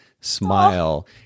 smile